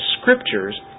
Scriptures